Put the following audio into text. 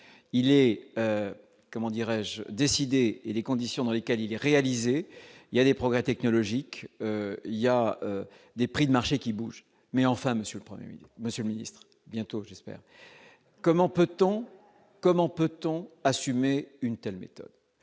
il est comment dirais-je décidé et les conditions dans lesquelles il est réalisé, il y a des progrès technologiques, il y a des prix de marché qui bouge mais enfin monsieur produit monsieur Ministre bientôt j'espère, comment peut-on, comment peut-on assumer une telle méthode,